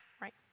right